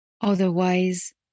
Otherwise